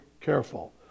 careful